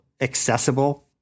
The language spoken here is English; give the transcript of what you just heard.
accessible